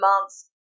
months